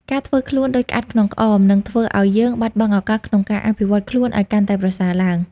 ការធ្វើខ្លួនដូចក្អាត់ក្នុងក្អម នឹងធ្វើឱ្យយើងបាត់បង់ឱកាសក្នុងការអភិវឌ្ឍខ្លួនឱ្យកាន់តែប្រសើរឡើង។